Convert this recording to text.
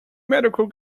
medical